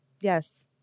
Yes